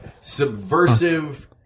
subversive